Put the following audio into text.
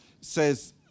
says